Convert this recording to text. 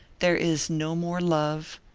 there is no more love,